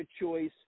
choice